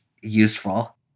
useful